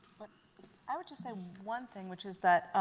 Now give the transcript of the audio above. but i would just say one thing, which is that